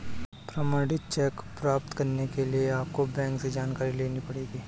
प्रमाणित चेक प्राप्त करने के लिए आपको बैंक से जानकारी लेनी पढ़ेगी